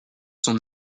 son